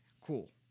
Cool